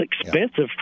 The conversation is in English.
expensive